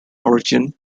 origin